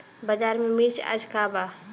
बाजार में मिर्च आज का बा?